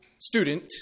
student